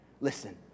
listen